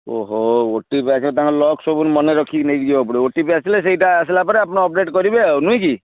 ଓହୋ O T P ଆସିବ ତାଙ୍କର ଲକ୍ସ ସବୁ ମନେରଖିକି ନେଇକି ଯିବାକୁ ପଡ଼ିବ ଓ ଟି ପି ଆସିଲେ ସେଇଟା ଆସିଲାପରେ ଆପଣ ଅପଡ଼େଟ କରିବେ ଆଉ ନୁହେଁ କି